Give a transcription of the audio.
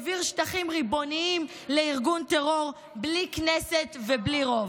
העביר שטחים ריבוניים לארגון טרור בלי כנסת ובלי רוב.